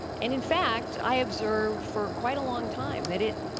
and in fact, i observed for quite a long time that it,